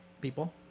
People